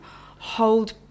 hold